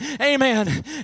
Amen